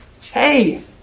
Hey